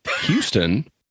Houston